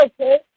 okay